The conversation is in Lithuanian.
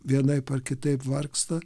vienaip ar kitaip vargsta